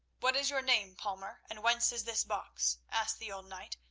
what is your name, palmer, and whence is this box? asked the old knight,